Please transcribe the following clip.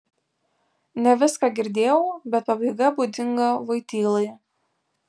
ne viską girdėjau bet pabaiga būdinga voitylai